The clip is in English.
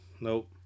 Nope